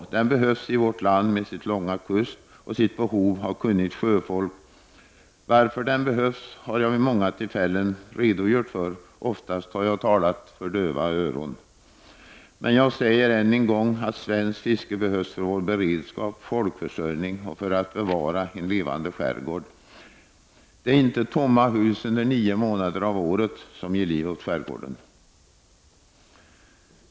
Den behövs i vårt land, med dess långa kust och dess behov av kunnigt sjöfolk. Varför den behövs har jag vid många tillfällen redogjort för, och oftast har jag talat för döva öron. Men jag säger än en gång, att svenskt fiske behövs för vår beredskap, för folkförsörjningen och för att bevara en levande skärgård. Det är inte tomma hus under nio månader om året som ger liv åt skärgården.